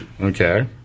Okay